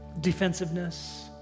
defensiveness